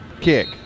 kick